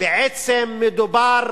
בעצם, מדובר